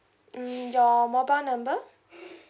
mm your mobile number